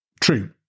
True